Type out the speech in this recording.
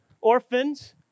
orphans